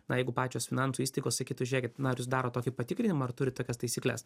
na jeigu pačios finansų įstaigos sakytų žiūrėkit na ar jūs darot tokį patikrinimą ar turit tokias taisykles